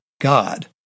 God